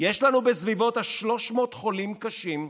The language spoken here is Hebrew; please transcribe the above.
שיש לנו בסביבות ה-300 חולים קשים,